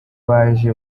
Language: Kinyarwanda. baje